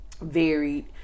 varied